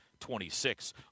26